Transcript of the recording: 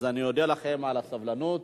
אז אודה לכם על הסבלנות.